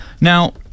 Now